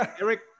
Eric